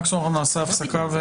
מקסימום נעשה הפסקה.